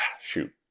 shoot